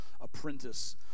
apprentice